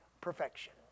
perfection